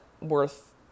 worth